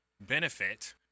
benefit